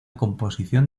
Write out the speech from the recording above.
composición